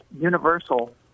universal